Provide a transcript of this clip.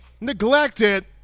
neglected